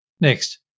Next